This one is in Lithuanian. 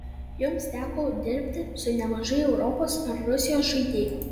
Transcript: jums teko dirbti su nemažai europos ar rusijos žaidėjų